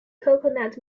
coconut